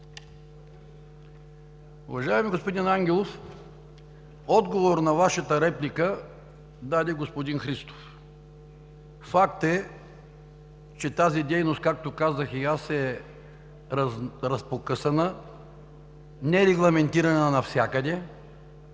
Уважаеми господин Ангелов, отговор на Вашата реплика даде господин Христов. Факт е, че тази дейност, както казах и аз, е разпокъсана, нерегламентирана навсякъде